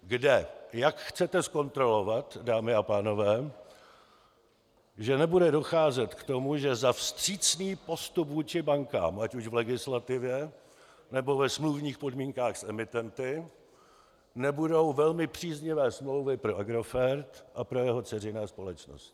Kde, jak chcete zkontrolovat, dámy a pánové, že nebude docházet k tomu, že za vstřícný postup vůči bankám, ať už v legislativě, nebo ve smluvních podmínkách s emitenty, nebudou velmi příznivé smlouvy pro Agrofert a pro jeho dceřiné společnosti?